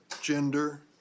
gender